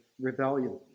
rebellion